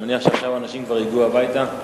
אני מניח שעכשיו אנשים כבר הגיעו הביתה.